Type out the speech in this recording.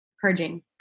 purging